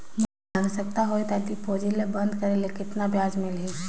मोला आवश्यकता होही त डिपॉजिट ल बंद करे ले कतना ब्याज मिलही?